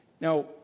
Now